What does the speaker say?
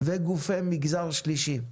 וגופי מגזר שלישי: